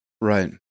Right